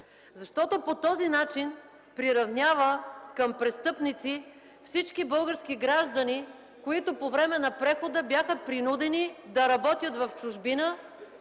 защото по този начин приравнява към престъпници всички български граждани, които по време на прехода бяха принудени да работят в чужбина